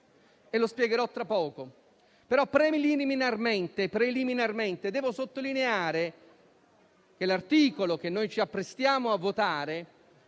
lo spiegherò tra poco. Preliminarmente devo però sottolineare che l'articolo che ci apprestiamo a votare